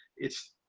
it's,